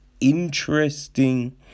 interesting